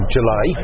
July